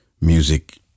music